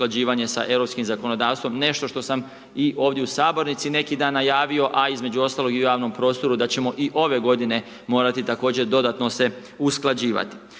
usklađivanje sa europskim zakonodavstvom, nešto što sam i ovdje u sabornici neki dan najavio, a između ostaloga i u javnom prostoru da ćemo i ove godine morati također dodatno se usklađivati.